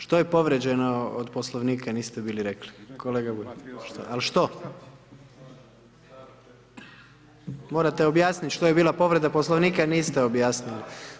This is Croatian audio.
Što je podređeno od Poslovnika, niste bili rekli, kolega Bulj … [[Upadica se ne čuje.]] Ali što? … [[Upadica se ne čuje.]] Morate objasniti što je bila povreda Poslovnika, jer niste objasnili.